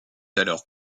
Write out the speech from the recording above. alors